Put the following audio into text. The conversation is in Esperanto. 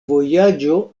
vojaĝo